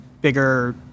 bigger